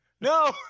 No